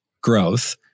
growth